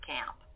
Camp